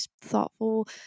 thoughtful